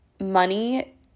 Money